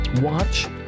Watch